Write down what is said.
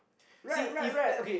right right right